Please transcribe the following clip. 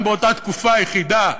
גם באותה תקופה יחידה,